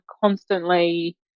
constantly